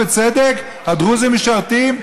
ובצדק: הדרוזים משרתים,